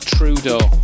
Trudeau